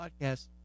podcast